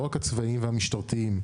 לא רק הצבאיים והמשטרתיים,